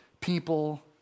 people